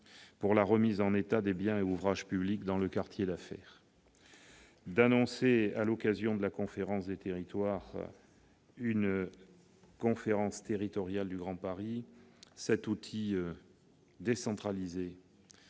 pour la remise en état des biens et ouvrages publics dans le quartier d'affaires, d'annoncer à l'occasion de la Conférence nationale des territoires une conférence territoriale du Grand Paris. Cet outil décentralisé